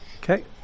Okay